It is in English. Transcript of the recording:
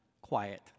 Quiet